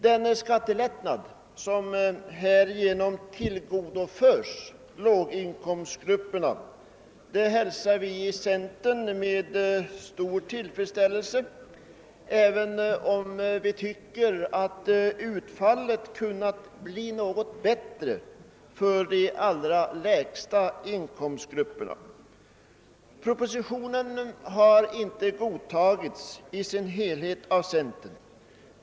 Den skattelättnad som härigenom tillgodoförs låginkomstgrupperna hälsar vi i centern med stor tillfredsställelse, även om vi tycker att utfallet kunde ha blivit något bättre för de allra lägsta inkomsttagarna. Propositionen har inte i sin helhet godtagits av centern.